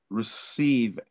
receive